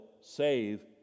save